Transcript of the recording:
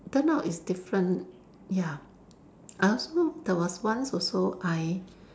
turn out it's different ya I also there was once also I